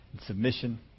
Submission